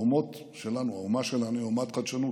האומות שלנו, האומה שלנו היא אומת חדשנות.